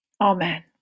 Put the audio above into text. amen